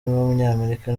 w’umunyamerika